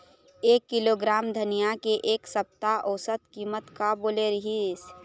एक किलोग्राम धनिया के एक सप्ता औसत कीमत का बोले रीहिस?